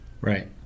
Right